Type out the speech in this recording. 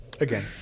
Again